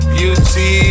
Beauty